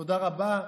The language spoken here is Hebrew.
תודה רבה,